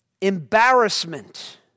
embarrassment